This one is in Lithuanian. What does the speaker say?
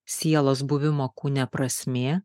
sielos buvimo kūne prasmė